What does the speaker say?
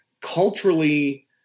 culturally